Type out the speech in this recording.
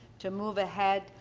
to move ahead,